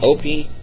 Opie